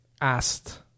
asked